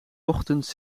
ochtends